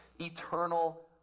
eternal